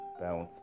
bounce